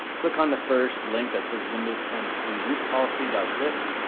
click on the first link that says windows ten home group policy dot zip,